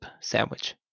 sandwich